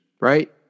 right